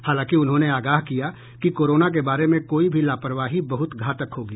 हालांकि उन्होंने आगाह किया कि कोरोना के बारे में कोई भी लापरवाही बहुत घातक होगी